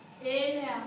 inhale